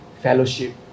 fellowship